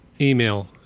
email